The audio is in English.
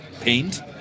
paint